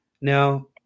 now